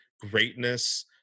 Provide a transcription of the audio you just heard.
greatness